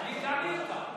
אתה מיותר.